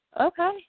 Okay